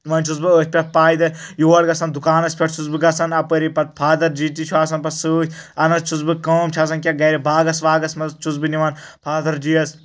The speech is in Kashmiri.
وۄنۍ چھُس بہٕ أتھۍ پٮ۪ٹھ پایدٕلۍ یور گژھان دُکانس پٮ۪ٹھ چھُس بہٕ گژھان اپٲرۍ پتہٕ فارد جی تہِ چھُ آسان پتہٕ سۭتۍ انان چھُس بہٕ کٲم چھِ آسان کینٛہہ گرِ باغس واغس منٛز چھُس بہٕ نِوان فادر جی یس